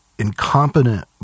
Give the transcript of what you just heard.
incompetent